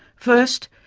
first,